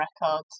records